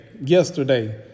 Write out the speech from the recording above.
yesterday